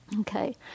Okay